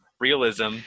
realism